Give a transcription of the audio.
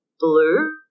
Blue